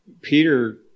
Peter